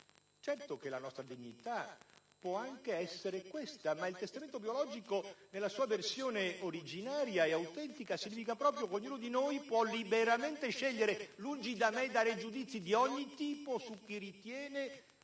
curarci. La nostra dignità può anche essere questa, ma il testamento biologico, nella sua versione originaria e autentica, significa proprio che ognuno di noi può liberamente scegliere. Lungi da me dare giudizi di ogni tipo su chi ritiene di fare una scelta